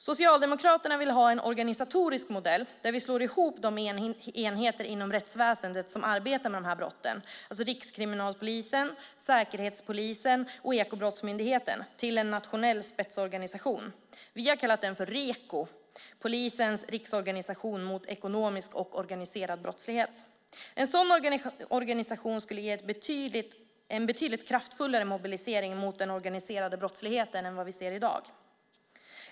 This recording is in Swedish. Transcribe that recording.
Socialdemokraterna vill ha en organisatorisk modell där vi slår ihop de enheter inom rättsväsendet som arbetar med dessa brott, alltså Rikskriminalpolisen, Säkerhetspolisen och Ekobrottsmyndigheten, till en nationell spetsorganisation. Vi har kallat den REKO, Polisens riksorganisation mot ekonomisk och organiserad brottslighet. En sådan organisation skulle ge en betydligt kraftfullare mobilisering mot den organiserade brottsligheten än vad vi ser i dag.